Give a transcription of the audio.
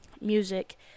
music